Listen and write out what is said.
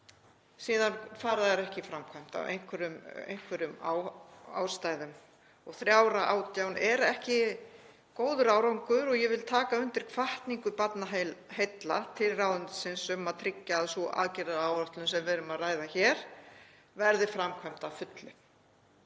síðan fara þær ekki í framkvæmd af einhverjum ástæðum. Þrjár af átján er ekki góður árangur og ég vil taka undir hvatningu Barnaheilla til ráðuneytisins um að tryggja að sú aðgerðaáætlun sem við erum að ræða hér verði framkvæmd að fullu.